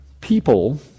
people